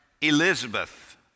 Elizabeth